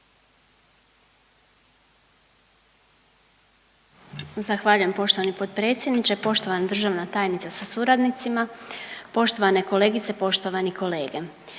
Zahvaljujem poštovani potpredsjedniče. Poštovana državna tajnica sa suradnicima, poštovane kolegice, poštovani kolege,